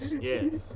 Yes